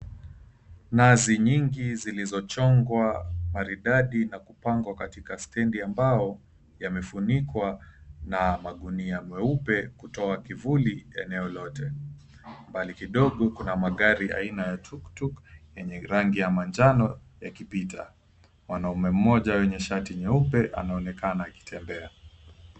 Nazi nyingi zilizochongwa maridadi na kupangwa katika stendi ambao yamefunikwa na magunia meupe kutoa kivuli eneo lote. Mbali kidogo kuna magari aina ya tuktuk yenye rangi ya manjano yakipita. Mwanaume mmoja mwenye shati nyeupe anaonekana akitembea.